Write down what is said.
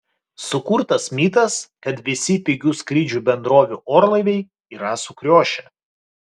sukurtas mitas kad visi pigių skrydžių bendrovių orlaiviai yra sukriošę